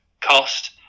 cost